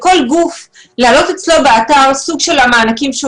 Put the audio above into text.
לכל גוף להעלות אצלו באתר סוג של המענקים שהוא